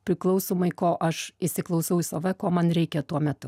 priklausomai ko aš įsiklausau į save ko man reikia tuo metu